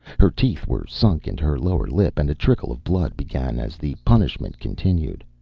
her teeth were sunk into her lower lip and a trickle of blood began as the punishment continued.